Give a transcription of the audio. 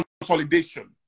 consolidation